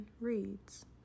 reads